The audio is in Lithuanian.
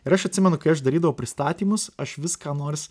ir aš atsimenu kai aš darydavau pristatymus aš vis ką nors